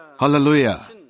Hallelujah